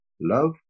Love